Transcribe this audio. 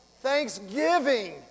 Thanksgiving